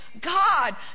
God